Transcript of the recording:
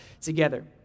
together